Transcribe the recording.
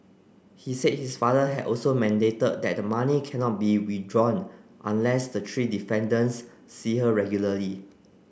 he said his father had also mandated that the money cannot be withdrawn unless the three defendants see her regularly